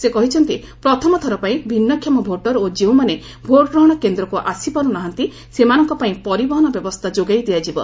ସେ କହିଛନ୍ତି ପ୍ରଥମଥର ପାଇଁ ଭିନ୍ନକ୍ଷମ ଭୋଟର ଓ ଯେଉଁମାନେ ଭୋଟଗ୍ରହଣ କେନ୍ଦ୍ରକୁ ଆସିପାରୁ ନାହାନ୍ତି ସେମାନଙ୍କ ପାଇଁ ପରିବହନ ବ୍ୟବସ୍ଥା ଯୋଗାଇ ଦିଆଯିବ